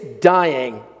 dying